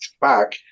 back